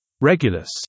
Regulus